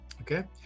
okay